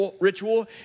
ritual